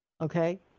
okay